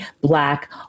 Black